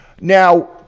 Now